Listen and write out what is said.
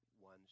one